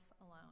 alone